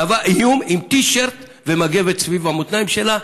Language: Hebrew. מהווה איום עם טי-שירט ומגבת סביב המותניים שלה,